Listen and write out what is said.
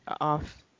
off